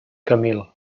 camil